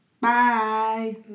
Bye